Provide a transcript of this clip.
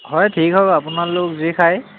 হয় ঠিক আপোনালোক যি খায়